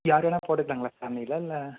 யார் வேணா போட்டுக்கலாங்களா ஃபேமிலியில இல்லை